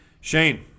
Shane